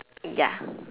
ya